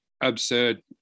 absurd